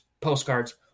postcards